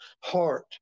heart